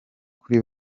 kuri